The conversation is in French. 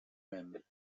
mêmes